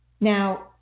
Now